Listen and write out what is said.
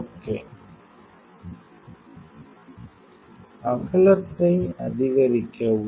okay அகலத்தை அதிகரிக்கவும்